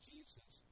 Jesus